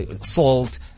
salt